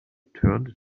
turned